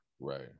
Right